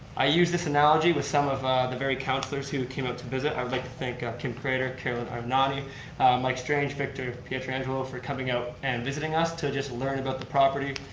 i use this analogy with some of the very councilors who came up to visit. i would like to thank kim craitor, carolynn ioannoni, mike strange, victor pietrangelo for coming out and visiting us to just learn about the property.